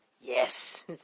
Yes